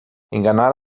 enganar